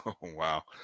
wow